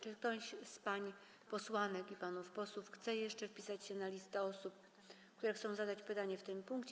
Czy ktoś z pań posłanek i panów posłów chce jeszcze wpisać się na listę osób, które chcą zadać pytanie w tym punkcie?